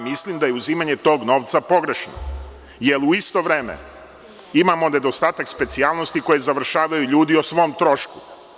Mislim da je uzimanje tog novca pogrešno, jer u isto vreme imamo nedostatak specijalnosti koje završavaju ljudi o svom trošku.